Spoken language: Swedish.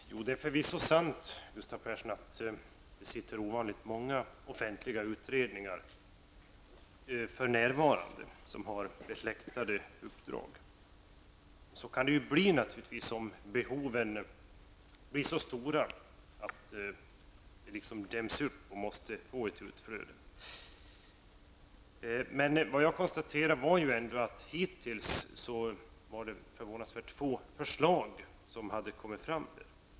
Herr talman! Det är förvisso sant, Gustav Persson, att ovanligt många offentliga utredningar för närvarande är tillsatta och har besläktade uppdrag. Så kan det naturligtvis bli om behoven däms upp och blir så stora och måste få ett utflöde. Men jag konstaterade att det hittills var förvånansvärt få förslag som har kommit fram.